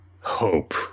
Hope